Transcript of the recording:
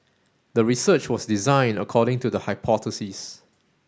the research was designed according to the hypothesis